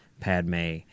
Padme